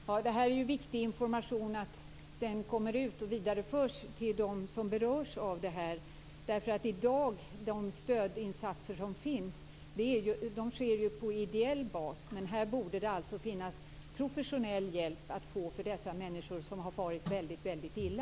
Fru talman! Det är viktigt att denna information kommer ut och vidareförs till dem som berörs av detta. De stödinsatser som finns i dag sker ju på ideell bas, men det borde finnas professionell hjälp att få för dessa människor som har farit väldigt, väldigt illa.